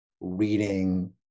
reading